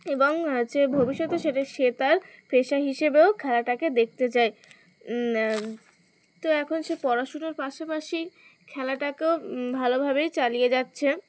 এবং সে ভবিষ্যতে সেটা সে তার পেশা হিসেবেও খেলাটাকে দেখতে চায় তো এখন সে পড়াশোনার পাশাপাশি খেলাটাকেও ভালোভাবেই চালিয়ে যাচ্ছে